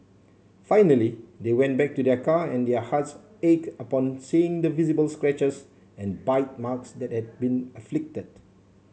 finally they went back to their car and their hearts ache upon seeing the visible scratches and bite marks that had been inflicted